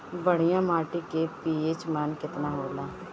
बढ़िया माटी के पी.एच मान केतना होला?